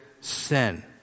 sin